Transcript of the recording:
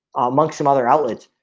among some other outlets